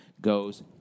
goes